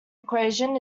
equation